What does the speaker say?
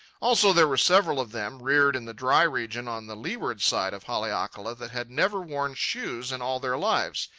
also, there were several of them, reared in the dry region on the leeward side of haleakala, that had never worn shoes in all their lives.